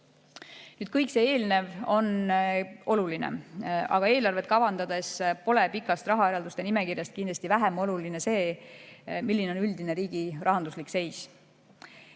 Kõik see on oluline, aga eelarvet kavandades pole pikast rahaeralduste nimekirjast kindlasti vähem oluline see, milline on üldine riigi rahanduslik seis.